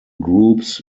groups